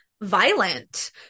violent